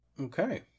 Okay